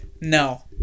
No